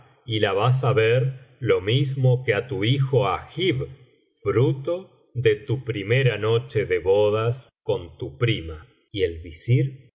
y la yas á ver lo mismo que á tu hijo agib fruto de tu primera noche de bodas con tu prima y el visir